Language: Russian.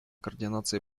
координации